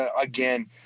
again